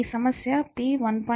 ఈ సమస్య P 1